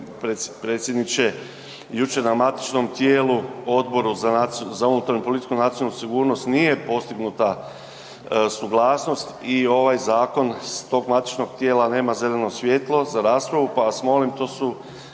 znate, g. predsjedniče, jučer na matičnom tijelu, Odboru za unutarnju politiku i nacionalnu sigurnost nije postignuta suglasnost i ovaj zakon s tog matičnog tijela nema zeleno svjetlo za raspravu pa vas molim, to su